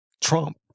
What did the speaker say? Trump